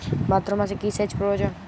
ভাদ্রমাসে কি সেচ প্রয়োজন?